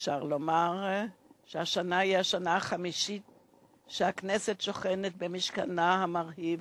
אפשר לומר שהשנה היא השנה ה-50 שהכנסת שוכנת במשכנה המרהיב,